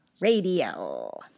Radio